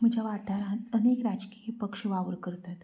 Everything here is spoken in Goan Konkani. म्हज्या वाठारान अनेक राजकीय पक्ष वावर करतात